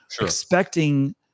expecting